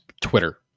Twitter